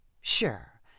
sure